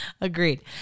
Agreed